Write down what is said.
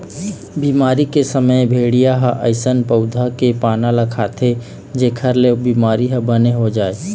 बिमारी के समे भेड़िया ह अइसन पउधा के पाना ल खाथे जेखर ले ओ बिमारी ह बने हो जाए